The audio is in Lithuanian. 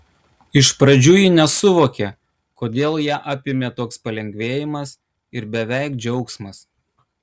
iš pradžių ji nesuvokė kodėl ją apėmė toks palengvėjimas ir beveik džiaugsmas